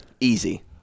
Easy